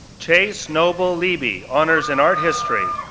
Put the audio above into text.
chase noble leeby, honors in art history,